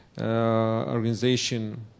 organization